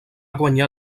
guanyar